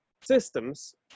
Systems